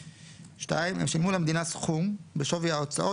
(2) הם שילמו למדינה סכום בשווי ההוצאות